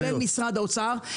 כולל משרד האוצר.